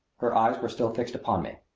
her eyes were still fixed upon me.